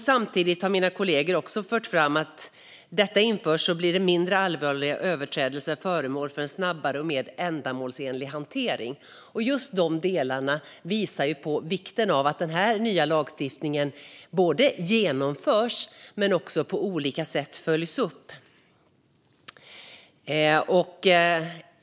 Samtidigt har mina kollegor fört fram att när detta införs blir mindre allvarliga överträdelser föremål för en snabbare och mer ändamålsenlig hantering. Just de delarna visar på vikten av att den här nya lagstiftningen både genomförs och på olika sätt följs upp.